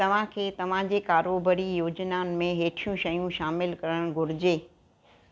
तव्हां खे तव्हांजे कारोबरी योजनाउनि में हेठिय़ूं शयूं शामिलु करणु घुरिजे